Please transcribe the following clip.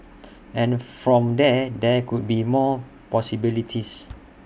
and from there there could be more possibilities